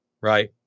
Right